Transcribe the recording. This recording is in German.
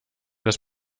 das